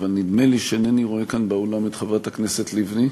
אבל נדמה לי שאינני רואה כאן באולם את חברת הכנסת לבני,